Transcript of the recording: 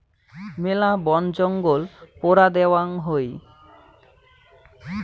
মেলা বনজঙ্গল পোড়া দ্যাওয়াং হই